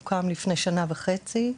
הוא הוקם לפני שנה וחצי,